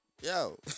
Yo